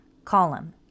Column